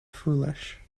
foolish